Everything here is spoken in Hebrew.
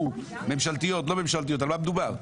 ממשלתיות, לא ממשלתיות על מה מדובר?